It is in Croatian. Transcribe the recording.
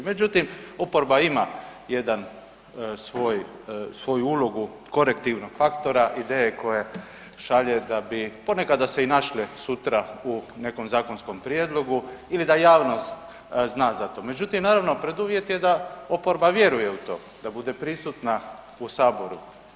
Međutim, oporba ima jednu svoju ulogu korektivnog faktora ideje koje šalje da bi ponekada se i našli sutra u nekom zakonskom prijedlogu ili da javnost zna zato, međutim, naravno preduvjet je da oporba vjeruje u to, da bude prisutna u Saboru.